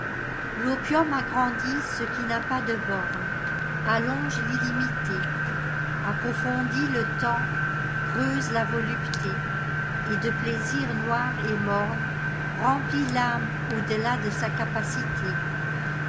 l'opium agrandit ce qui n'a pas de bornes allonge l'illimité approfondit le temps creuse la volupté et de plaisirs noirs et mornesremplit l'âma au delà de sa capacité